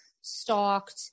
stalked